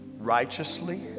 righteously